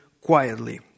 quietly